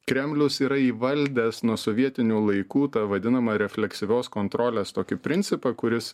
kremlius yra įvaldęs nuo sovietinių laikų tą vadinamą refleksyvios kontrolės tokį principą kuris